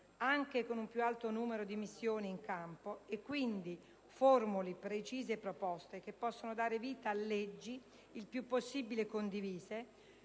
anche con un più alto numero di missioni sul campo, e quindi formuli precise proposte che possano dare vita a leggi il più possibile condivise,